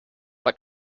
but